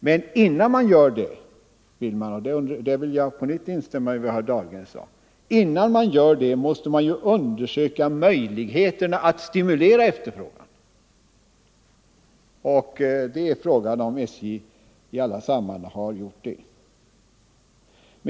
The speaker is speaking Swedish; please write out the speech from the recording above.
Men innan man säger detta — där vill jag på nytt instämma i vad herr Dahlgren sade — måste man ju undersöka möjligheterna att stimulera efterfrågan, och fråga är, om SJ i alla sammanhang har gjort det.